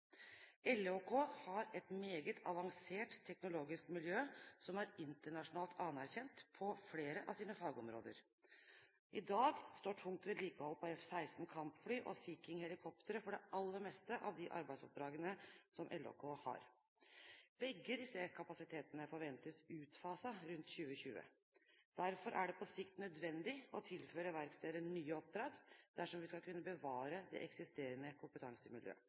har et meget avansert teknologisk miljø som er internasjonalt anerkjent på flere av sine fagområder. I dag står tungt vedlikehold på F-16 kampfly og Sea King helikoptre for det aller meste av de arbeidsoppdragene som LHK har. Begge disse kapasitetene forventes utfaset rundt 2020. Derfor er det på sikt nødvendig å tilføre verkstedet nye oppdrag dersom vi skal kunne bevare det eksisterende kompetansemiljøet.